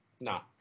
No